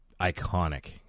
iconic